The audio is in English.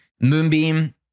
Moonbeam